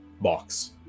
box